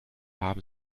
haben